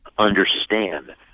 understand